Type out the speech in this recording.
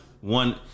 one